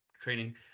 training